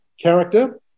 character